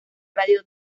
radio